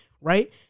right